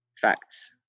Facts